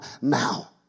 now